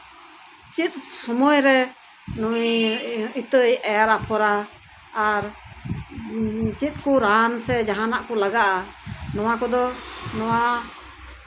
ᱪᱮᱫ ᱥᱚᱢᱚᱭᱨᱮ ᱱᱩᱭ ᱤᱛᱟᱹᱭ ᱮᱨᱟ ᱟᱨ ᱪᱮᱫ ᱠᱚ ᱨᱟᱱ ᱥᱮ ᱡᱟᱦᱟᱸ ᱠᱚ ᱞᱟᱜᱟᱜᱼᱟ ᱱᱚᱣᱟ ᱠᱚᱫᱚ